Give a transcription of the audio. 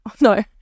No